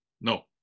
No